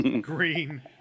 Green